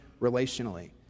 relationally